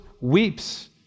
weeps